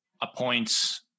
appoints